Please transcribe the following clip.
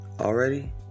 already